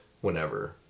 whenever